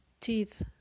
teeth